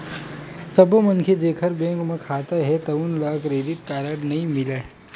सब्बो मनखे जेखर बेंक म खाता हे तउन ल क्रेडिट कारड नइ मिलय